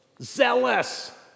Zealous